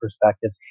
perspective